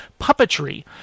puppetry